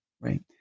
right